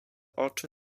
oczy